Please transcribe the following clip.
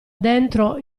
dentro